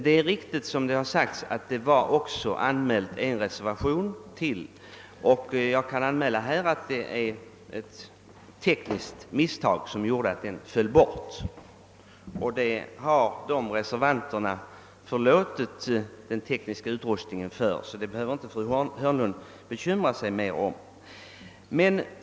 Det är riktigt som sagts att ytterligare en reservation hade gjorts; den föll bort på grund av ett tekniskt missöde, och reservanterna har förlåtit detta. Därför behöver fru Hörnlund inte bekymra sig mer om det.